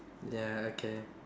ya okay